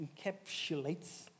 encapsulates